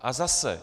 A zase.